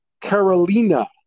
Carolina